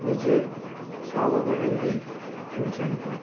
ନିଜେ ସ୍ୱାବାବଲମ୍ବୀ ହେଉଛନ୍ତି